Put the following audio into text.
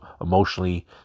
emotionally